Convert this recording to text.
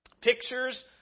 pictures